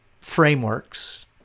frameworks